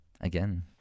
Again